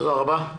תודה רבה.